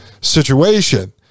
situation